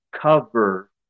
Cover